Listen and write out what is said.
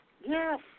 Yes